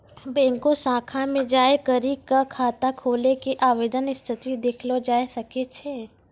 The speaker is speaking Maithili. बैंको शाखा मे जाय करी क खाता खोलै के आवेदन स्थिति देखलो जाय सकै छै